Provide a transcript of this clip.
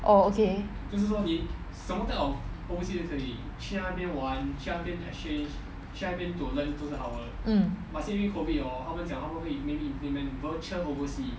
orh okay